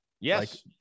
Yes